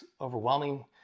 overwhelming